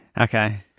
Okay